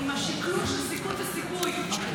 השונות, עם השקלול של סיכון וסיכוי.